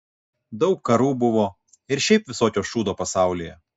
daug karų buvo ir šiaip visokio šūdo pasaulyje